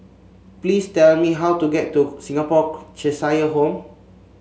please tell me how to get to Singapore Cheshire Home